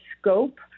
scope